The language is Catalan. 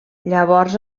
llavors